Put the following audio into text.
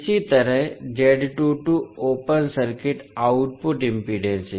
इसी तरह open circuit output impedance है